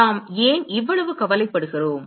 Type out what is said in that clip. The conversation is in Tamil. நாம் ஏன் இவ்வளவு கவலைப்படுகிறோம்